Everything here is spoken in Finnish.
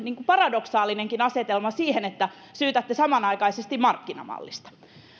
paradoksaalinenkin asetelma sen suhteen että syytätte samanaikaisesti markkinamallista